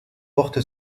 porte